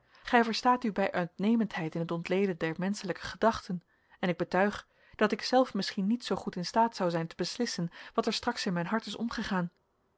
gij verstaat u bij uitnemendheid in het ontleden der menschelijke gedachten en ik betuig dat ikzelf misschien niet zoo goed in staat zou zijn te beslissen wat er straks in mijn hart is omgegaan